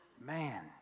Man